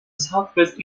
southwest